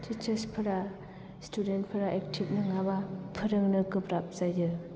teachers फोरा student फोरा active नङाबा फोरोंनो गोब्राब जायो